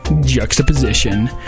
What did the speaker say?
juxtaposition